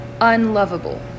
unlovable